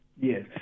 Yes